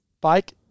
bike